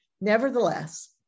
Nevertheless